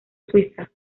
suiza